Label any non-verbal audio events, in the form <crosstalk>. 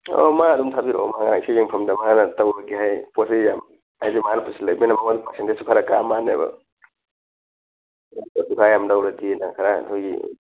ꯑꯧ ꯃꯥ ꯑꯗꯨꯝ ꯊꯥꯕꯤꯔꯛꯑꯣ ꯃꯥ ꯏꯁꯩ ꯌꯦꯡꯐꯝꯗ ꯃꯥꯅ ꯇꯧꯔꯒꯦ ꯍꯥꯏꯌꯦ ꯄꯣꯠ ꯆꯩ ꯌꯥꯝ ꯑꯩꯁꯨ ꯃꯥꯅ ꯄꯨꯁꯜꯂꯛꯏꯃꯤꯅ ꯃꯥꯉꯣꯟꯗ ꯄꯔꯁꯦꯟꯇꯦꯁꯇꯨ ꯈꯔ ꯀꯥ ꯃꯥꯜꯂꯦꯕ <unintelligible> ꯂꯧꯔꯗꯤꯅ ꯈꯔ ꯑꯩꯈꯣꯏꯒꯤ